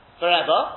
forever